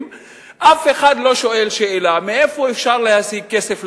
אף אחד לא שואל מאיפה אפשר להשיג כסף לחינוך.